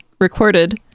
recorded